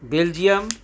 Belgium